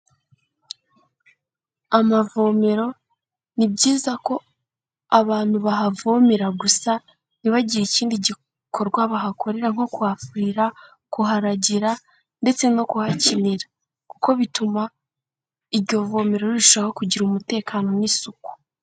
Amavomero ni byiza ko abantu bahavomera gusa ntibagire ikindi gikorwa bahakorera nko kuhafurira, kuharagira ndetse no kuhakinira, kuko bituma iryo vomera rirushaho kugira umutekano n'isuku.